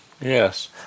Yes